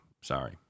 Sorry